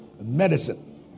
medicine